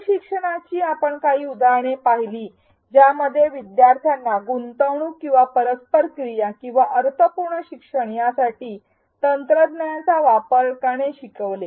E शिक्षणाची आपण काही उदाहरणे पाहिली ज्यायोगे विद्यार्थ्यांना गुंतवणूक किंवा परस्पर क्रिया किंवा अर्थपूर्ण शिक्षण यासाठी तंत्रज्ञानाचा वापर करणे शिकवले